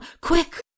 quick